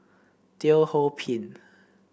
Teo Ho Pin